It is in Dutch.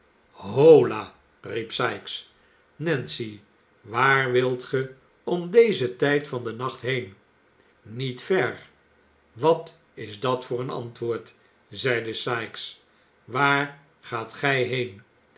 hola riep sikes nancy waar wilt ge om dezen tijd van den nacht heen niet ver wat is dat voor een antwoord zeide sikes waar gaat gij heen